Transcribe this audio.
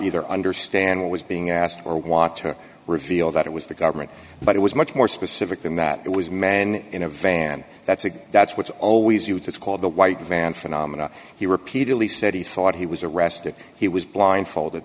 either understand what was being asked or want to reveal that it was the government but it was much more specific than that it was men in a van that's again that's what's always used it's called the white van phenomena he repeatedly said he thought he was arrested he was blindfolded that